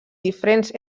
diferents